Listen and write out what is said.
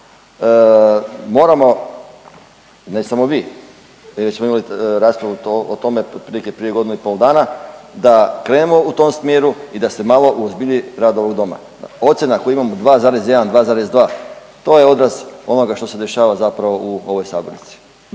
moramo ne samo vi, nego smo imali raspravu o tome otprilike prije godinu i pol dana da krenemo u tom smjeru i da se malo uozbilji rad ovog Doma. Ocjena koju imamo 2,1, 2,2, to je odraz onoga što se dešava zapravo u ovoj sabornici.